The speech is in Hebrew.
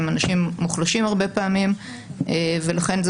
הם אנשים מוחלשים הרבה פעמים ולכן זה